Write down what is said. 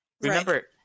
Remember